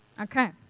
Okay